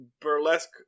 burlesque